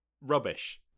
rubbish